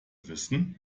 wissen